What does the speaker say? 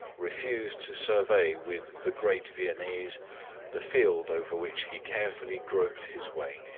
refuse to survey with the great viennese the field over which he carefully groped his way.